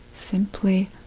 simply